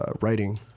writing